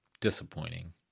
disappointing